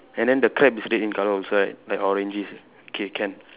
and then the crab is red in colour also right like orangey K can